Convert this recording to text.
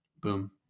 Boom